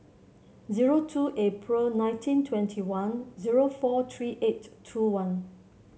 zero two April nineteen twenty one zero four three eight two one